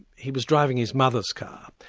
he was driving his mother's car.